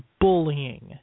bullying